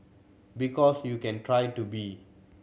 because you can try to be